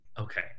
Okay